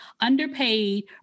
underpaid